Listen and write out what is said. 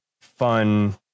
fun